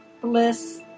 bliss